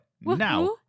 now